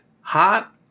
hot